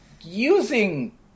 using